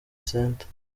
centre